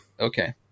Okay